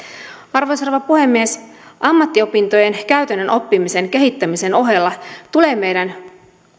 arvoisa rouva puhemies ammattiopintojen käytännön oppimisen kehittämisen ohella tulee meidän